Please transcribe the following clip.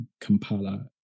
Kampala